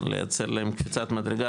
לייצר להם קצת מדרגה,